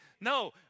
No